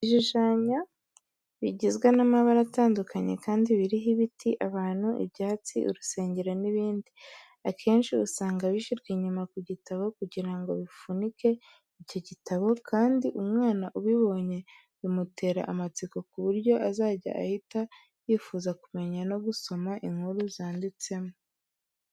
Ibishushanyo bigizwe n'amabara atandukanye kandi biriho ibiti, abantu, ibyatsi, urusengero n'ibindi, akenshi usanga bishyirwa inyuma ku gitabo kugira ngo bifunike icyo gitabo, kandi umwana ubibonye bimutere amatsiko ku buryo azajya ahita yifuza kumenya no gusoma inkuru zanditsemo.